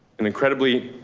an incredibly